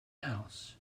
house